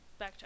backtrack